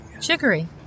Chicory